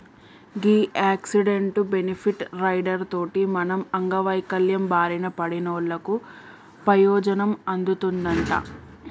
గీ accident, benefit rider తోటి మనం అంగవైవల్యం బారిన పడినోళ్ళకు పెయోజనం అందుతదంట